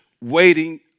waiting